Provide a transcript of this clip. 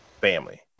family